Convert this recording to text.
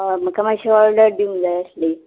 हय म्हाका मात्शी ऑर्डर दिवंक जाय आसली